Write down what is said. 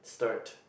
Sturt